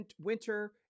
winter